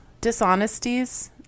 dishonesties